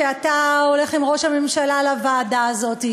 שאתה הולך עם ראש הממשלה לוועדה הזאת.